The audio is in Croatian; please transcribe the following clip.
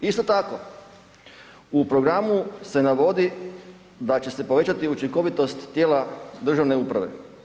Isto tako, u programu se navodi da će se povećati učinkovitost tijela državne uprave.